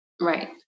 Right